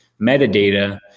metadata